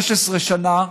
16 שנה,